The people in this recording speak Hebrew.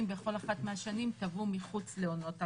בכל אחת מהשנים טבעו מחוץ לעונות הרחצה,